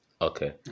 Okay